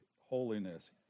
holiness